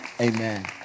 Amen